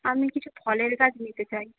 আমি কিছু ফলের গাছ নিতে চাই